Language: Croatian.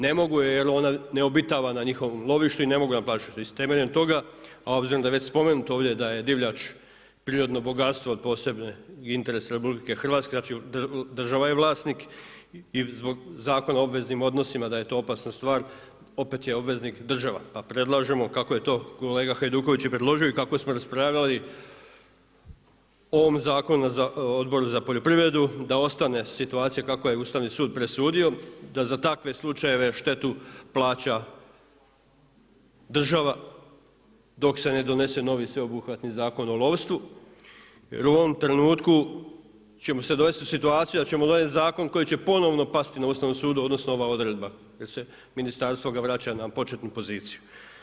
Ne mogu jer ona ne obitava na njihovom lovištu i ne mogu naplatiti i s temeljem toga, obzirom da je već spomenuto ovdje da je divljač prirodno bogatstvo od posebnog interesa RH, znači država je vlasnik i zbog Zakona o obveznim odnosima da je to opasna stvar, opet je obvezna država, pa predlažemo kako je to kolega Hajduković predložio i kako smo raspravljali o ovom zakonu Odboru za poljoprivredu, da ostane situacija kako je Ustavni sud presudio, da za takve slučajeve štetu plaća država, dok se ne donese novi, sveobuhvatni Zakon o lovstvu, jer o ovom trenutku ćemo se dovesti u situaciju da će ovaj zakon koji će ponovno pasti na Ustavnom sudu, odnosno ova odredba jer se ministarstvo ga vraća na početnu poziciju.